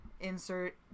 insert